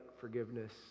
forgiveness